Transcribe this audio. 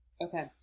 Okay